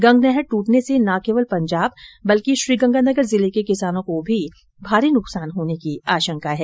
गंगनहर ट्रटने से न केवल पंजाब बल्कि श्रीगंगानगर जिले के किसानों को भी भारी नुकसान होने की आशंका है